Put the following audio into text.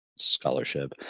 scholarship